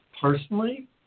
Personally